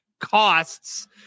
costs